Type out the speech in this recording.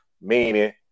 meaning